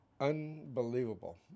unbelievable